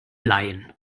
leihen